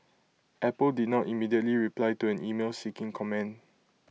Apple did not immediately reply to an email seeking comment